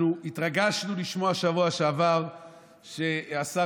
אנחנו התרגשנו לשמוע בשבוע שעבר שהשר